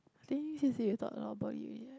think seriously we talk a lot about you already eh